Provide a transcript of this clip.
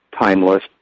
timeless